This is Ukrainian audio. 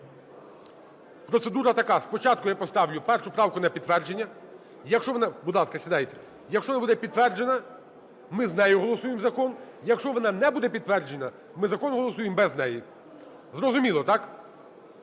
Процедура така: спочатку я поставлю першу правку на підтвердження… будь ласка, сідайте. Якщо вона буде підтверджена, ми з нею голосуємо закон, якщо вона буде не підтверджена, ми закон голосуємо без неї. Зрозуміло, так?